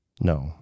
No